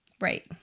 Right